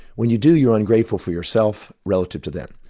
when you do, you're ungrateful for yourself relative to them.